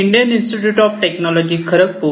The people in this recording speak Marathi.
इंडस्ट्री 4